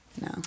no